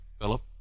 Philip